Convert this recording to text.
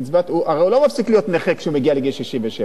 הרי הוא לא מפסיק להיות נכה כשהוא מגיע לגיל 67,